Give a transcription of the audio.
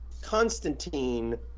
Constantine